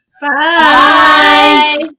Bye